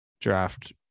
draft –